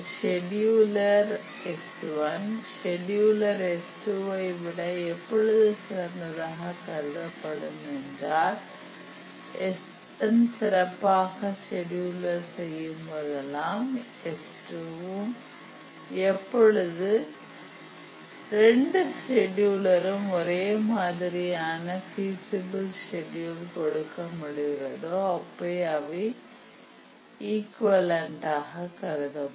scheduler S1 scheduler S2 விட எப்பொழுது சிறந்ததாக கருதப்படும் என்றால் S1 சிறப்பாகசெடியுலர் செய்யும்போதெல்லாம் S2 ம் செய்யும் எப்பொழுது 2 செடியூலரும் ஒரே மாதிரியான பீசிபில் செடுயூல் கொடுக்க முடிகிறதோ அப்பொழுது அவை இக் வெலன் டாக கருதப்படும்